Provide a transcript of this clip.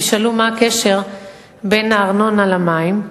תשאלו, מה הקשר בין הארנונה למים?